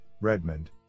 Redmond